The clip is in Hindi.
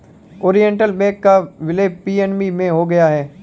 ओरिएण्टल बैंक का विलय पी.एन.बी में हो गया है